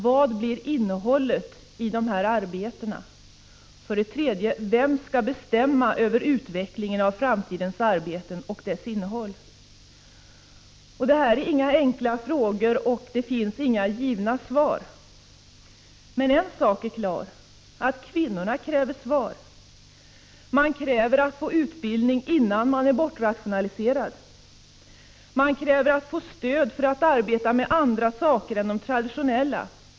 Vad blir innehållet i dessa arbeten? 3. Vem skall bestämma över utvecklingen av framtidens arbeten och deras innehåll? Det här är inga enkla frågor, och det finns inga givna svar. Men en sak är klar, nämligen att kvinnorna kräver ett svar. De kräver att få utbildning innan de är bortrationaliserade. De kräver att få stöd. De vill nämligen ha andra arbetsuppgifter än de traditionella.